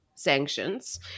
sanctions